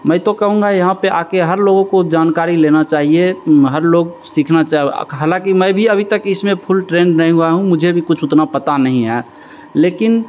मैं तो कहूँगा यहाँ पर आ कर हर लोगों को जानकारी लेना चाहिए हर लोग सीखना चाव हालाँकि मैं भी अभी तक इसमें फुल ट्रेन नहीं हुआ हूँ मुझे भी कुछ उतना पता नहीं है लेकिन